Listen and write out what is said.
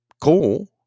cool